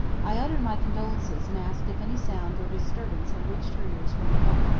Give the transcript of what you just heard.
i uttered my condolences and asked if any sound or disturbance had reached her ears from above.